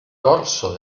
corso